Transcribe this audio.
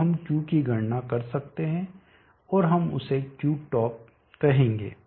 अब हम Q की गणना कर सकते हैं और हम उसे Qtop कहेंगे